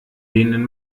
denen